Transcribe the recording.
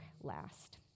last